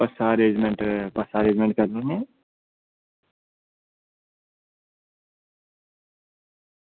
बस्सा दा अरेंजमेंट करने आं